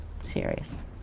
Serious